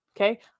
Okay